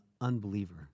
unbeliever